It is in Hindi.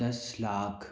दस लाख